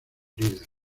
líder